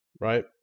right